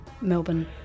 Melbourne